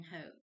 hope